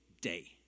day